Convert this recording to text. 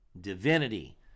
divinity